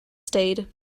stayed